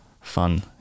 fun